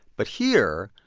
but here,